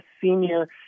senior